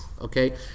okay